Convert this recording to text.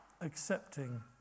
accepting